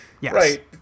Right